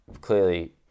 clearly